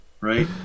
right